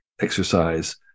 exercise